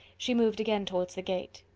she moved again towards the gate.